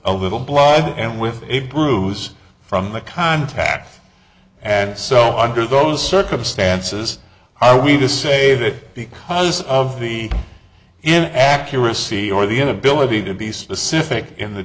a little blood and with a bruise from the contacts and so under those circumstances are we to say that because of the in accuracy or the inability to be specific in the